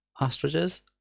Ostriches